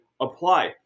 apply